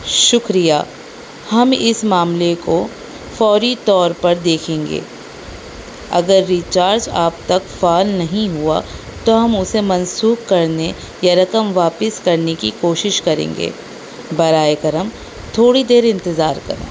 شکریہ ہم اس معاملے کو فوری طور پر دیکھیں گے اگر ریچارج آپ تک فعال نہیں ہوا تو ہم اسے منسوخ کرنے یا رقم واپس کرنے کی کوشش کریں گے برائے کرم تھوڑی دیر انتظار کریں